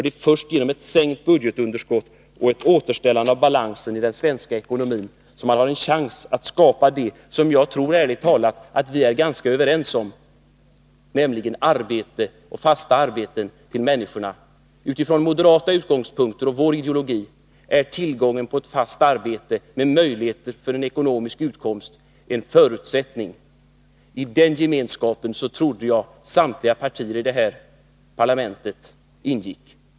Det är först genom ett sänkt budgetunderskott och ett återställande av balansen i den svenska ekonomin som man har en chans att skapa det som jag ärligt talat tror att vi är överens om, nämligen fasta arbeten till människorna. Från moderata utgångspunkter och enligt vår ideologi är tillgången till ett fast arbete med möjlighet för ekonomisk utkomst en förutsättning. I den gemenskapen trodde jag att samtliga partier i detta parlament ingick.